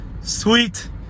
Sweet